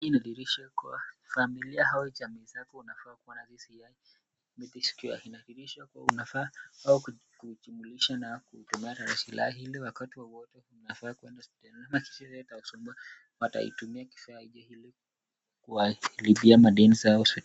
Hii inadhihirisha kuwa familia au jamii zako unafaa kuwa na sisi. Ni dhiki ya inadhihirisha kwa unafaa kujumuisha na kutumia tarasilahi ile wakati wowote mnafaa kwenda hospitalini ama kisherehe hata usumbua. Mataitumia kifaaji hili. Kuwalipia madeni...